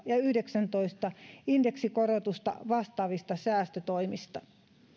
ja kaksituhattayhdeksäntoista indeksikorotusta vastaavista säästötoimista